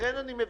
לכן צריך